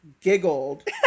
giggled